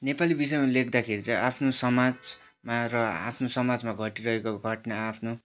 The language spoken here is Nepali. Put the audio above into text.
नेपाली विषयमा लेख्दाखेरि चाहिँ आफ्नो समाजमा र आफ्नो समाजमा घटिरहेको घटना आफ्नो